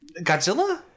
Godzilla